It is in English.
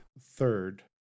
third